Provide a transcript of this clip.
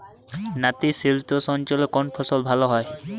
নাতিশীতোষ্ণ অঞ্চলে কোন ফসল ভালো হয়?